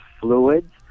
fluids